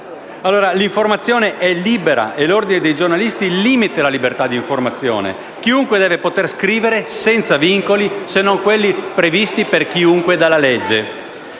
l'informazione è libera e l'Ordine dei giornalisti limita la libertà di informazione. Chiunque deve potere scrivere senza vincoli se non quelli previsti per chiunque dalla legge.